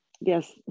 yes